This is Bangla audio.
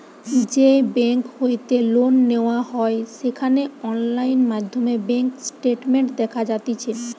যেই বেংক হইতে লোন নেওয়া হয় সেখানে অনলাইন মাধ্যমে ব্যাঙ্ক স্টেটমেন্ট দেখা যাতিছে